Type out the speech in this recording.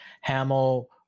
Hamill